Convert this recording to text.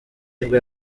nibwo